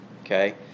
Okay